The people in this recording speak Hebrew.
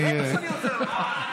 בטח שאני עוזר לך.